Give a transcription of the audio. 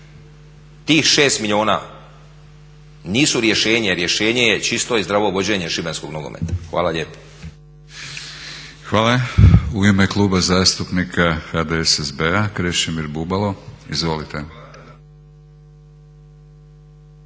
Tih 6 milijuna nisu rješenje, rješenje je čisto i zdravo vođenje šibenskog nogometa. Hvala lijepa. **Batinić, Milorad (HNS)** Hvala. U ime Kluba zastupnika HDSSB-a Krešimir Bubalo, izvolite.